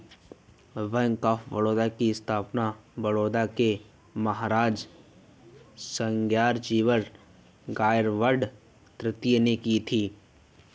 bank of Baroda की स्थापना बड़ौदा के महाराज सयाजीराव गायकवाड तृतीय ने की थी